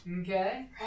Okay